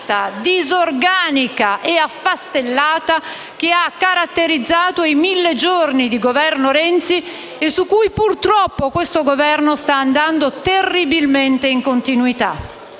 disorganica e affastellata che ha caratterizzato i mille giorni di Governo Renzi e che purtroppo questo Governo sta terribilmente continuando.